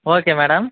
okay madam